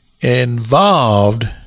involved